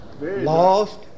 lost